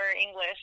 English